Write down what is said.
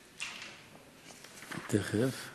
תכף.